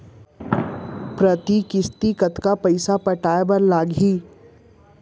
प्रति किस्ती कतका पइसा पटाये बर लागही?